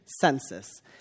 census